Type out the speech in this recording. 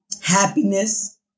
happiness